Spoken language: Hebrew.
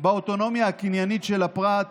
באוטונומיה הקניינית של הפרט,